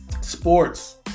sports